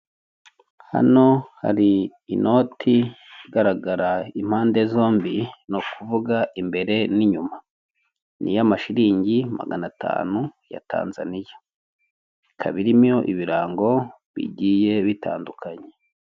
Hano hari inoti igaragara igaragara impande zombi, ni ukuvuga imbere n'inyuma ni iy'amashilingi maganatanu ya Tanzaniya, ikaba irimo ibirango bigiye bitandukanye.